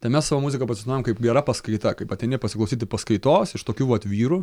tai mes savo muziką pozicionuojam kaip gera paskaita kaip ateini pasiklausyti paskaitos iš tokių vat vyrų